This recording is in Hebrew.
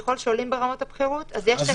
ככל שעולים ברמות הבכירות, יש נציג חיצוני.